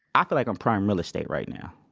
i feel like i'm prime real estate right now,